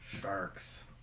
Sharks